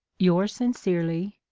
yours sincerely,